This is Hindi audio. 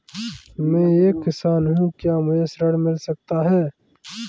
मैं एक किसान हूँ क्या मुझे ऋण मिल सकता है?